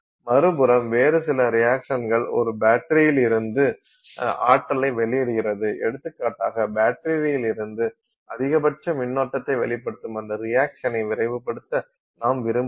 மறுபுறம் வேறு சில ரியாக்சன்கள் ஒரு பேட்டரியிலிருந்து ஆற்றலை வெளியிடுகிறது எடுத்துக்காட்டாக பேட்டரியிலிருந்து அதிகபட்ச மின்னோட்டத்தை வெளிபடுத்தும் அந்த ரியாக்சனை விரைவுபடுத்த நாம் விரும்புகிறோம்